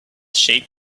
sheep